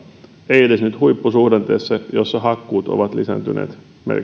ei edes nyt huippusuhdanteessa jossa hakkuut ovat lisääntyneet merkittävästi